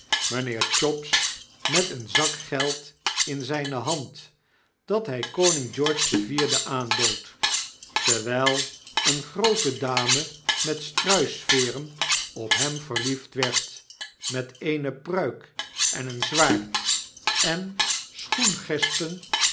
chops met een zak geld in zyne hand dat hy koning george den vierden aanbood terwyl eene groote dame met struisveeren op hem verliefd werd met eene pruik en een zwaard en